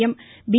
M B